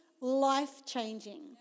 life-changing